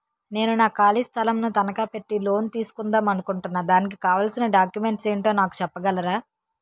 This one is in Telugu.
నేను నా ఖాళీ స్థలం ను తనకా పెట్టి లోన్ తీసుకుందాం అనుకుంటున్నా దానికి కావాల్సిన డాక్యుమెంట్స్ ఏంటో నాకు చెప్పగలరా?